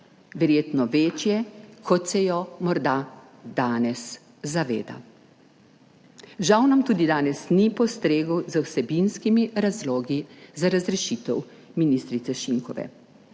verjetno večje, kot se jo morda danes zaveda. Žal nam tudi danes ni postregel z vsebinskimi razlogi za razrešitev ministrice Šinkove.